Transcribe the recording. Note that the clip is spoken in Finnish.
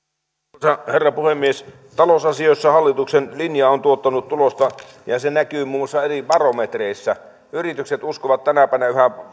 arvoisa herra puhemies talousasioissa hallituksen linja on tuottanut tulosta ja se näkyy muun muassa eri barometreissä yritykset uskovat tänä päivänä yhä